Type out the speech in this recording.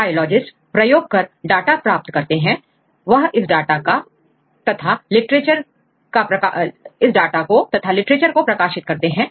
biologist प्रयोग कर data प्राप्त करते हैं वह इस डाटा को तथा लिटरेचर को प्रकाशित करते हैं